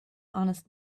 honest